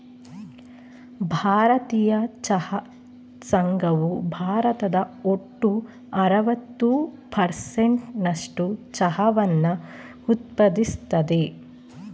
ಭಾರತೀಯ ಚಹಾ ಸಂಘವು ಭಾರತದ ಒಟ್ಟು ಅರವತ್ತು ಪರ್ಸೆಂಟ್ ನಸ್ಟು ಚಹಾವನ್ನ ಉತ್ಪಾದಿಸ್ತದೆ